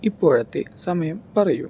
ഇപ്പോഴത്തെ സമയം പറയൂ